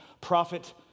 prophet